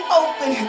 open